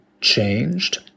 changed